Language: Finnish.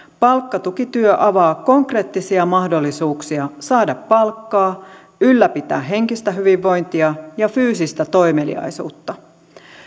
palkkatukityö avaa konkreettisia mahdollisuuksia saada palkkaa ylläpitää henkistä hyvinvointia ja fyysistä toimeliaisuutta